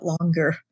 longer